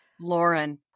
Lauren